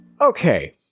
Okay